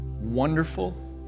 wonderful